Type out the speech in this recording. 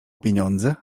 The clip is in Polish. pieniądze